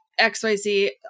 XYZ